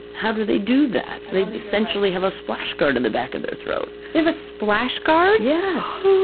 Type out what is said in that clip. how do they do that? they, essentially, have a splash guard in the back of their throat. they have a splash guard! yes!